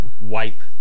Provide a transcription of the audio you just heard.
wipe